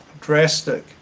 drastic